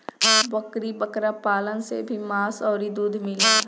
बकरी बकरा पालन से भी मांस अउरी दूध मिलेला